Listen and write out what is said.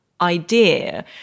idea